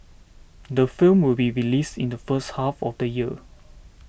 the film will be released in the first half of the year